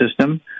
system